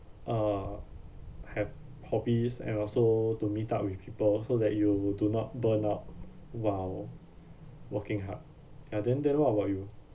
uh have hobbies and also to meet up with people so that you do not burnout while working hard uh then then what about you